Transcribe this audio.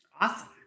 Awesome